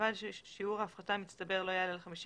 ובלבד ששיעור ההפחתה המצטבר לא יעלה על 50